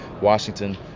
Washington